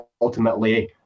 ultimately